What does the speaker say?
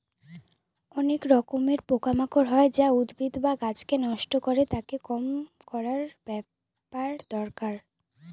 অনেক রকমের পোকা মাকড় হয় যা উদ্ভিদ বা গাছকে নষ্ট করে, তাকে কম করার ব্যাপার দরকার